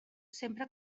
sempre